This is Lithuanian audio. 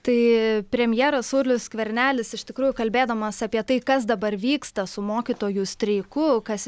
tai premjeras saulius skvernelis iš tikrųjų kalbėdamas apie tai kas dabar vyksta su mokytojų streiku kas